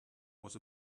was